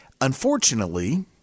Unfortunately